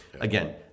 again